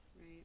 Right